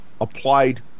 applied